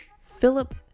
Philip